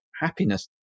happiness